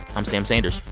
i'm sam sanders.